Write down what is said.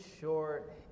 short